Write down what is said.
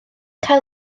cael